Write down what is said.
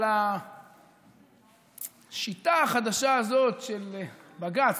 על השיטה החדשה הזאת של בג"ץ,